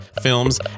films